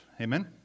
Amen